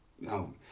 no